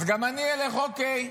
אז גם אני אלך, אוקיי.